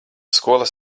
skolas